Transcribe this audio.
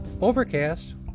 Overcast